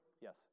Yes